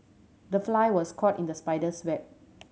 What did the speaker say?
the fly was caught in the spider's web